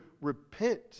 repent